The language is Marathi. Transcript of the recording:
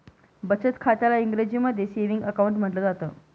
बचत खात्याला इंग्रजीमध्ये सेविंग अकाउंट म्हटलं जातं